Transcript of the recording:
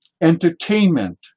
entertainment